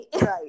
Right